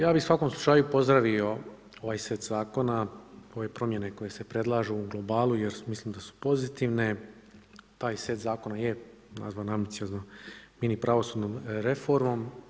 Ja bi u svakom slučaju pozdravio ovaj set zakona, ove promjene koje se predlažu u globalu jer mislim da su pozitivne, taj set zakona je nazvan ambiciozno mini pravosudnom reformom.